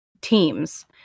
teams